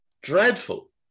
Dreadful